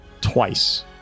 twice